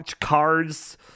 cards